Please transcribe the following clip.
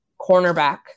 cornerback